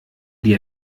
die